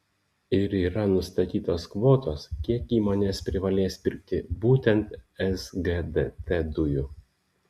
ir yra nustatytos kvotos kiek įmonės privalės pirkti būtent sgdt dujų